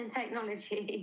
technology